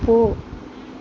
போ